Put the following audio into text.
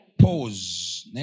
Pause